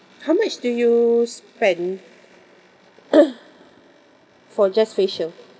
how much do you spend for just facial